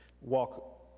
walk